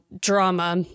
drama